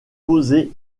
posées